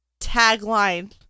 Tagline